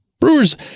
Brewers